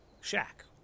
shack